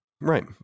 Right